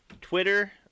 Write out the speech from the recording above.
Twitter